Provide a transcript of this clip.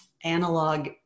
analog